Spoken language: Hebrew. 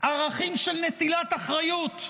ערכים של נטילת אחריות,